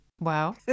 Wow